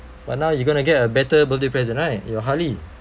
but now you gonna get a better birthday present right your harley